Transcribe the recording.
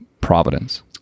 providence